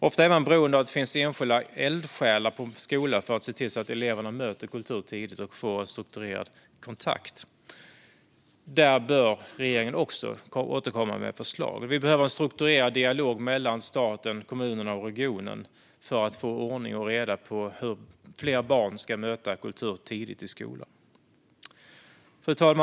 Ofta är man beroende av att det på en skola finns enskilda eldsjälar som ser till att eleverna möter kultur tidigt och får en strukturerad kontakt. Där bör regeringen också återkomma med förslag. Vi behöver en strukturerad dialog mellan staten, kommunerna och regionerna för att få ordning och reda på hur fler barn ska möta kultur tidigt i skolan. Fru talman!